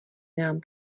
nám